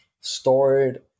stored